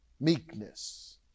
Meekness